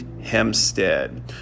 Hempstead